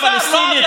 לא עזר, לא עזר.